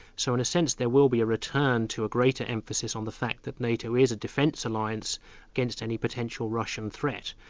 so in a sense there will be a return to a greater emphasis on the fact that nato is a defence alliance against any potential russian threat.